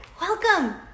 welcome